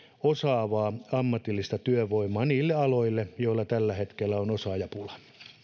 osaavaa ammatillista työvoimaa niille aloille joilla tällä hetkellä on osaajapula